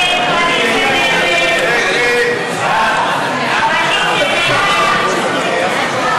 ההצעה להעביר לוועדה את הצעת חוק לפיקוח על